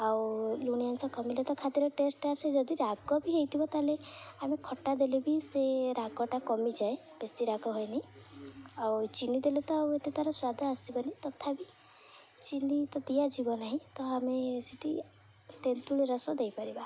ଆଉ ଲୁଣି ଅଂଶ କମିଲେ ତ ଖାଦ୍ୟର ଟେଷ୍ଟଟା ଆସେ ଯଦି ରାଗ ବି ହେଇଥିବ ତା'ହେଲେ ଆମେ ଖଟା ଦେଲେ ବି ସେ ରାଗଟା କମିଯାଏ ବେଶୀ ରାଗ ହଏନି ଆଉ ଚିନି ଦେଲେ ତ ଆଉ ଏତେ ତା'ର ସ୍ୱାଦ ଆସିବନି ତଥାପି ଚିନି ତ ଦିଆଯିବ ନାହିଁ ତ ଆମେ ସେଠି ତେନ୍ତୁଳି ରସ ଦେଇପାରିବା